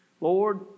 Lord